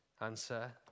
Answer